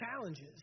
challenges